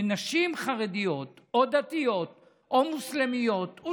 ונשים חרדיות או דתיות או מוסלמיות או